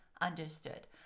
understood